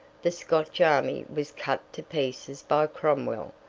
the scotch army was cut to pieces by cromwell,